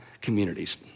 communities